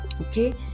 okay